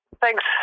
thanks